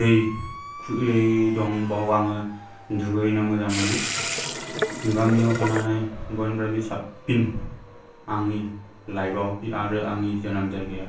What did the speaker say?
दै खुवा दं बाव आङो दुगैनो मोजां मोनो गामियाव थानानै बयनिफ्रायबो साबसिन आंनि लाइफाव आरो आंनि जोनोम जायगाया